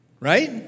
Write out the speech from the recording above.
Right